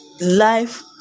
life